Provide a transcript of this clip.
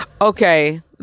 Okay